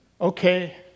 okay